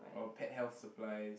our pet health supplies